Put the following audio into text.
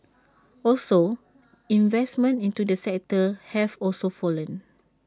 also investments into the sector have also fallen